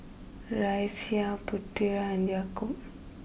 Raisya Putera and Yaakob